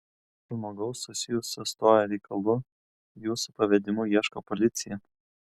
žmogaus susijusio su tuo reikalu jūsų pavedimu ieško policija